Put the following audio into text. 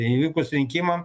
ir įvykus rinkimam